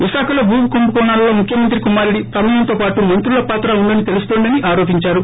విశాఖలో భూకుంభకోణాలలో ముఖ్యమంత్రి కుమారుడి ప్రమేయంతో పాటు మంత్రుల పాత్ర ఉందని తెలుస్తోందని ఆరోపించారు